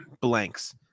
Blanks